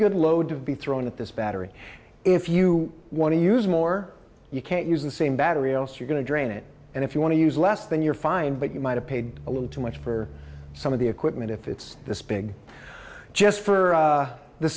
good load to be thrown at this battery if you want to use more you can't use the same battery else you're going to drain it and if you want to use less than you're fine but you might have paid a little too much for some of the equipment if it's this big just for